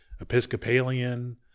Episcopalian